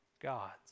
gods